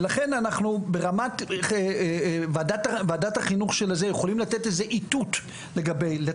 ולכן אנחנו ברמת ועדת החינוך של הכנסת יכולים לתת איזה איתות כיוון.